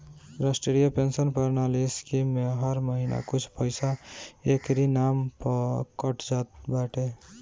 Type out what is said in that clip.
राष्ट्रीय पेंशन प्रणाली स्कीम में हर महिना कुछ पईसा एकरी नाम पअ कट जात बाटे